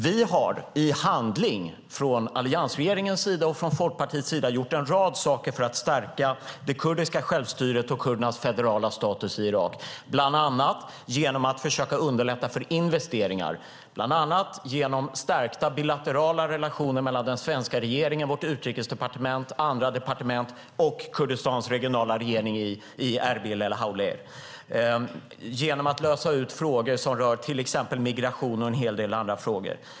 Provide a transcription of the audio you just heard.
Vi har i handling från alliansregeringens sida och från Folkpartiets sida gjort en rad saker för att stärka det kurdiska självstyret och kurdernas federala status i Irak, bland annat genom att försöka underlätta för investeringar, genom stärkta bilaterala relationer mellan den svenska regeringen, vårt utrikesdepartement och andra departement och Kurdistans regionala regering i Erbil eller Hawler, genom att lösa ut frågor som rör till exempel migration och en hel del andra frågor.